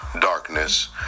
darkness